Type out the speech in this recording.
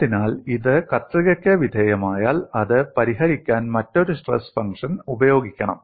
അതിനാൽ ഇത് കത്രികയ്ക്ക് വിധേയമായാൽ അത് പരിഹരിക്കാൻ മറ്റൊരു സ്ട്രെസ് ഫംഗ്ഷൻ ഉപയോഗിക്കണം